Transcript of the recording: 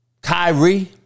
Kyrie